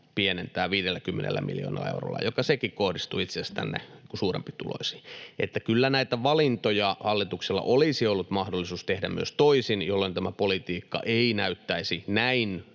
pienentää 50 miljoonalla eurolla, mikä sekin kohdistuu itse asiassa suurempituloisiin? Että kyllä näitä valintoja hallituksella olisi ollut mahdollisuus tehdä myös toisin, jolloin tämä politiikka ei näyttäisi näin